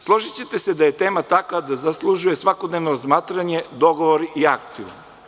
Složićete se da je tema takva da zaslužuje svakodnevno razmatranje, dogovor i akciju.